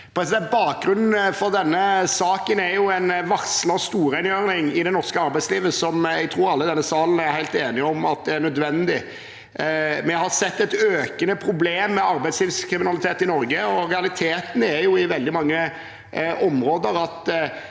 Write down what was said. Bakgrunnen for denne saken er en varslet storrengjøring i det norske arbeidslivet som jeg tror alle i denne salen er helt enige om at er nødvendig. Vi har sett et økende problem med arbeidslivskriminalitet i Norge, og realiteten i veldig mange områder er